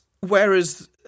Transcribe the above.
whereas